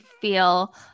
feel